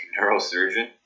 neurosurgeon